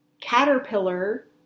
caterpillar